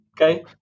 Okay